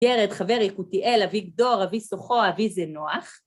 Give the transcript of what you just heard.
ירד, חבר, יקותיאל, אבי גדור, אבי סוכו, אבי זנוח.